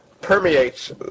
permeates